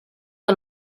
que